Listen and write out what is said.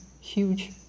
huge